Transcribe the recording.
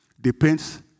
depends